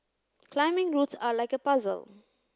climbing routes are like a puzzle